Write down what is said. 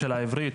מהיום.